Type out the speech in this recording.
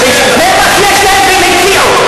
זה מה שיש להם, והם הציעו.